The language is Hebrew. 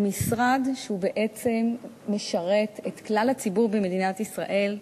הוא משרד שבעצם משרת את כלל הציבור במדינת ישראל,